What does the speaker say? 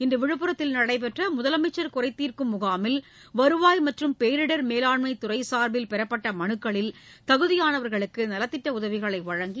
இன்று விழுப்புரத்தில் நடைபெற்ற முதலமைச்சா் குறைதீர்க்கும் முகாமில் வருவாய் மற்றும் பேரிடர் மேலாண்மை துறை சா்பில் பெறப்பட்ட மனுக்களில் தகுதியானவா்களுக்கு நலத்திட்ட உதவிகளை அவா் வழங்கினார்